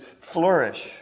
flourish